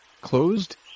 closed